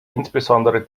insbesondere